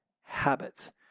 habits